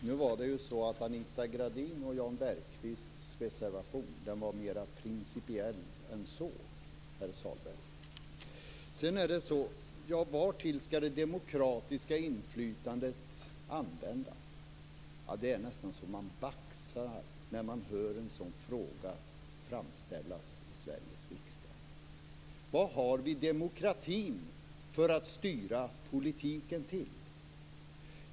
Fru talman! Nu var Anita Gradins och Jan Bergqvists reservation mera principiell än så, Pär Vartill skall det demokratiska inflytandet användas? Det är nästan så att man baxnar när man hör en sådan fråga framställas i Sveriges riksdag. Vad har vi demokratin till när det gäller att styra politiken?